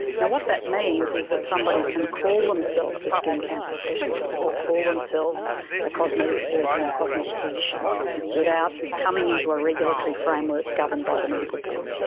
now, what that means is that somebody can call themselves a skin cancer specialist or call themselves a cosmetic surgeon or cosmetic physician without coming into a regulatory framework governed by the medical board.